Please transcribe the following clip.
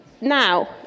now